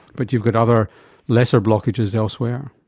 but you've got other lesser blockages elsewhere.